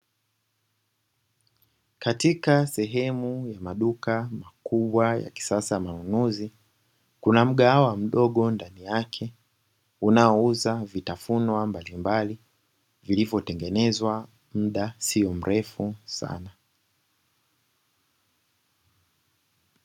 Katika sehemu ya maduka makubwa ya kisasa ya manunuzi, kuna mgahawa mdogo ndani yake; unaouza vitafunwa mbalimbali vilivyotengenezwa muda sio mrefu sana.